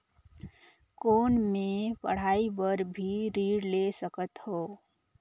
कौन मै पढ़ाई बर भी ऋण ले सकत हो?